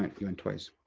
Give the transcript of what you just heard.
you went twice.